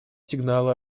сигналы